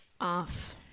off